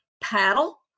paddle